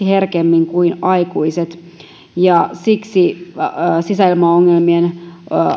herkemmin kuin aikuiset ja siksi sisäilmaongelmien